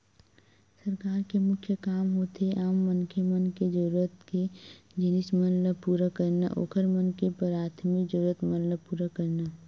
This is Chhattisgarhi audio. सरकार के मुख्य काम होथे आम मनखे मन के जरुरत के जिनिस मन ल पुरा करना, ओखर मन के पराथमिक जरुरत मन ल पुरा करना